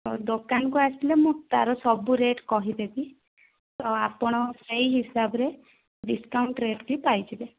ଦୋକାନକୁ ଆସିଲେ ମୁଁ ତା'ର ସବୁ ରେଟ୍ କହିଦେବି ତ ଆପଣ ସେଇ ହିସାବରେ ଡିସ୍କାଉଣ୍ଟ୍ ରେଟ୍ ବି ପାଇଯିବେ